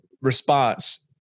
response